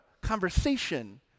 conversation